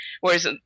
whereas